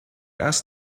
asked